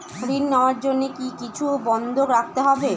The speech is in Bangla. ঋণ নেওয়ার জন্য কি কিছু বন্ধক রাখতে হবে?